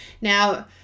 Now